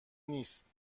نیست